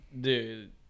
dude